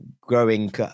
growing